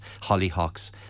hollyhocks